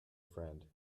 friend